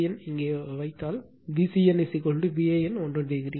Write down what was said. Van இங்கே வைத்தால் இந்த Vcn Van 120 o